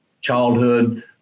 childhood